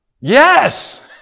Yes